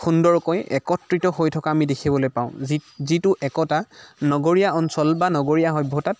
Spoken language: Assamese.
সুন্দৰকৈ একত্ৰিত হৈ থকা আমি দেখিবলৈ পাওঁ যি যিটো একতা নগৰীয়া অঞ্চল বা নগৰীয়া সভ্যতাত